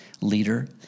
leader